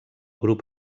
grup